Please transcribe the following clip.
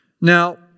Now